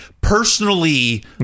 personally